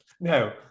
no